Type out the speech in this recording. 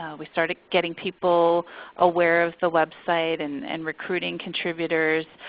we started getting people aware of the website and and recruiting contributors.